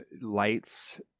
lights